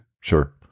Sure